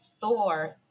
Thor